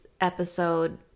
episode